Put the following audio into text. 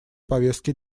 повестки